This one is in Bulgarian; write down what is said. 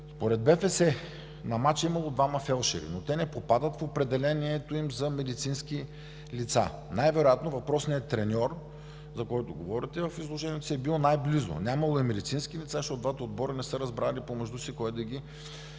Според БФС на мача е имало двама фелдшери, но те не попадат в определението им за медицински лица. Най-вероятно въпросният треньор, за който говорите в изложението си, е бил най-близо. Нямало е медицински лица, защото двата отбора не са се разбрали помежду си кой да ги